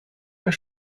mehr